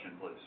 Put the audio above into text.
please